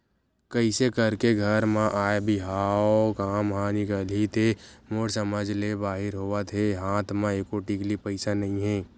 कइसे करके घर म आय बिहाव काम ह निकलही ते मोर समझ ले बाहिर होवत हे हात म एको टिकली पइसा नइ हे